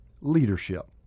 Leadership